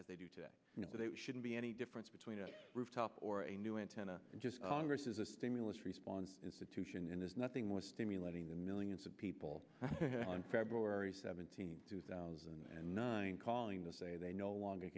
as they do today that it shouldn't be any difference between a rooftop or a new antenna just as a stimulus response institution is nothing more stimulating the millions of people on february seventeenth two thousand and nine calling the say they no longer